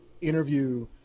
interview